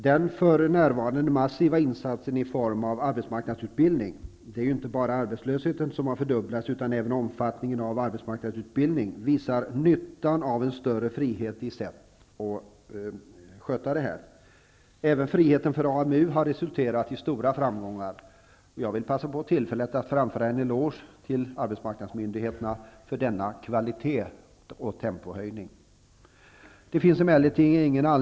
Den för närvarande massiva insatsen i form av arbetsmarknadsutbildning -- det är ju inte bara arbetslösheten som har fördubblats utan även omfattningen av arbetsmarknadsutbildningen -- visar nyttan av en större frihet i sättet att sköta det här. Även friheten för AMU har resulterat i stora framgångar. Jag vill passa på tillfället att framföra en eloge till arbetsmarknadsmyndigheterna för denna kvalitets och tempohöjning.